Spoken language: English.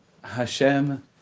Hashem